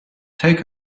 take